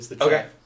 Okay